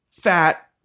fat